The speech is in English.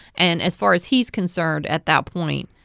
and as far as he's concerned, at that point,